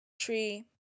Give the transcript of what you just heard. tree